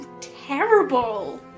terrible